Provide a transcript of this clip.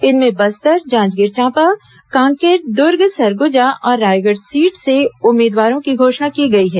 इनमें बस्तर जांजगीर चांपा कांकेर दुर्ग सरगुजा और रायगढ़ सीट से उम्मीदवारों की घोषणा की गई है